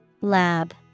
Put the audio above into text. Lab